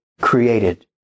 created